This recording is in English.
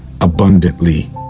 abundantly